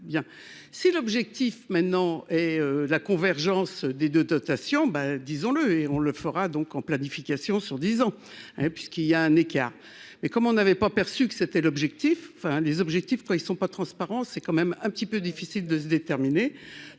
si l'objectif maintenant et la convergence des 2 dotation ben disons-le et on le fera donc en planification sur 10 ans puisqu'il y a un écart mais comme on n'avait pas perçu que c'était l'objectif, enfin les objectifs quoi ils ne sont pas transparents, c'est quand même un petit peu difficile de se déterminer,